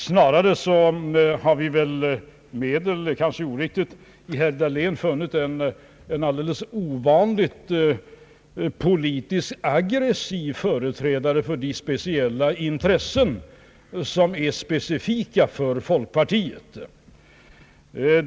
Snarare har vi väl mera i herr Dahlén funnit en alldeles ovanligt aggressiv företrädare för de politiska intressen som är specifika för folkpartiet.